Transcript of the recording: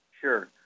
Sure